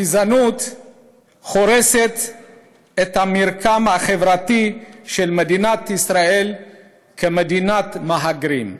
הגזענות הורסת את המרקם החברתי של מדינת ישראל כמדינת מהגרים.